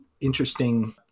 interesting